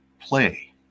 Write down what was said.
play